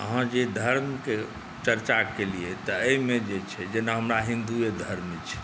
अहाँ जे धर्म के चर्चा केलियै तऽ एहिमे जे छै जेना हमरा हिन्दूए धर्म छै